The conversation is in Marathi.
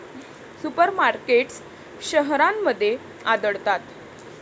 सुपर मार्केटस शहरांमध्ये आढळतात